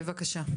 בבקשה.